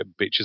bitches